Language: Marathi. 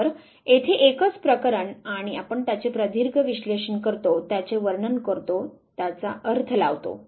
तर येथे एकच प्रकरण आणि आपण त्याचे प्रदीर्घ विश्लेषण करतो त्याचे वर्णन करतो त्याचा अर्थ लावतो